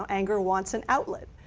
anger wants an outlet,